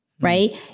right